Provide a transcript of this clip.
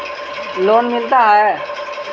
Loan मिलता?